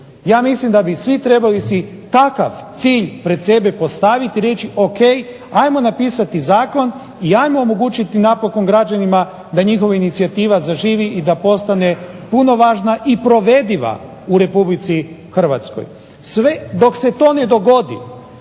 Ja mislim da bi svi trebali si takav cilj pred sebe postaviti i reći ok, ajmo napisati zakon i ajmo omogućiti napokon građanima da njihova inicijativa zaživi i da postane punovažna i provediva u RH. Sve dok se to ne dogodi